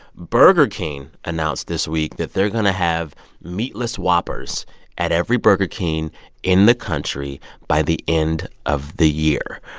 burger king announced this week that they're going to have meatless whoppers at every burger king in the country by the end of the year.